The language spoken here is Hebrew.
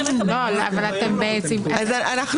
אתם